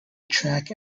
track